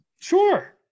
Sure